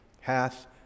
hath